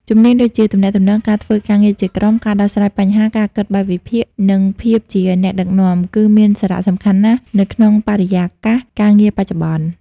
ជំនាញដូចជា ទំនាក់ទំនង ការធ្វើការងារជាក្រុម ការដោះស្រាយបញ្ហា ការគិតបែបវិភាគ និងភាពជាអ្នកដឹកនាំ គឺមានសារៈសំខាន់ណាស់នៅក្នុងបរិយាកាសការងារបច្ចុប្បន្ន។